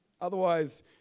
Otherwise